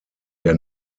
der